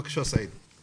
בבקשה, סעיד.